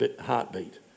heartbeat